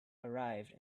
arrived